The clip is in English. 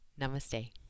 Namaste